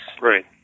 Right